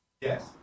Yes